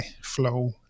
flow